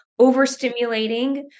overstimulating